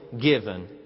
given